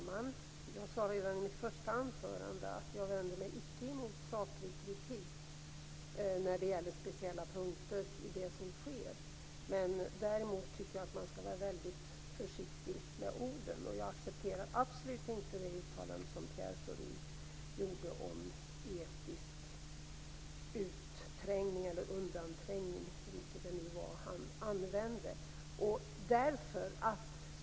Herr talman! Jag sade i mitt första anförande att jag icke vänder mig mot saklig kritik på speciella punkter i det som sker. Däremot tycker jag att man skall vara försiktig med orden. Jag accepterar absolut inte det uttalande som Pierre Schori gjorde om etnisk utträngning - eller undanträngning, vilket ord han nu använde.